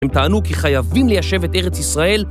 הם טענו כי חייבים ליישב את ארץ ישראל